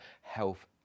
health